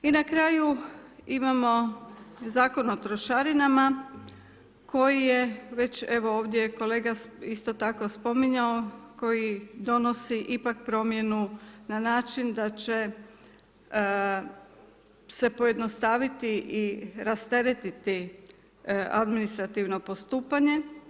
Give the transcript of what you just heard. I na kraju imamo Zakon o trošarinama koji je već evo ovdje kolega isto tako spominjao koji donosi ipak promjenu na način da će se pojednostaviti i rasteretiti administrativno postupanje.